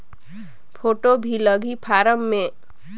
Photo भी लगी form मे?